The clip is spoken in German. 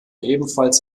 ebenfalls